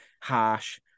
harsh